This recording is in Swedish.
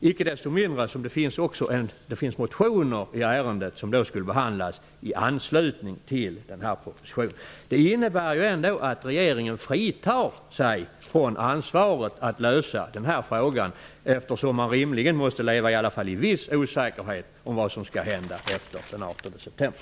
Icke desto mindre finns det också motioner i ärendet som skulle behandlas i anslutning till propositionen. Det innebär att regeringen fritar sig från ansvaret att lösa denna fråga, eftersom man rimligen måste leva i viss osäkerhet om vad som händer efter den 18 september.